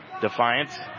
Defiance